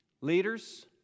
Leaders